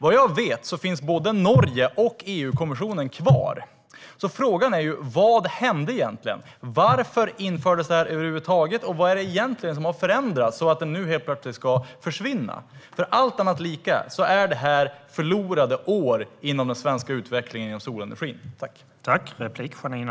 Vad jag vet finns både Norge och EU-kommissionen kvar. Frågan är vad som egentligen hände. Varför infördes denna skatt över huvud taget? Vad är det egentligen som har förändrats, så att den nu helt plötsligt ska försvinna? Allt annat lika är det här förlorade år inom den svenska utvecklingen inom solenergin.